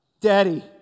Daddy